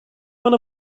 one